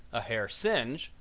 a hair singe,